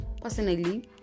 personally